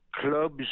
clubs